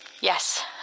Yes